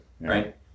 right